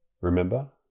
Remember